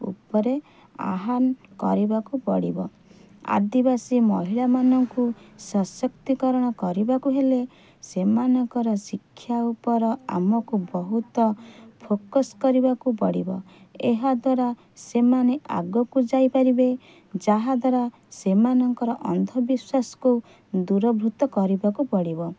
ଉପରେ ଆହ୍ଵାନ କରିବାକୁ ପଡ଼ିବ ଆଦିବାସୀ ମହିଳାମାନଙ୍କୁ ସଶକ୍ତିକରଣ କରିବାକୁ ହେଲେ ସେମାନଙ୍କର ଶିକ୍ଷା ଉପରେ ଆମକୁ ବହୁତ ଫୋକସ୍ କରିବାକୁ ପଡ଼ିବ ଏହା ଦ୍ଵାରା ସେମାନେ ଆଗକୁ ଯାଇପାରିବେ ଯାହା ଦ୍ଵାରା ସେମାନଙ୍କର ଅନ୍ଧବିଶ୍ଵାସକୁ ଦୂରଭୀତ କରିବାକୁ ପଡ଼ିବ